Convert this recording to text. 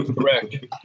Correct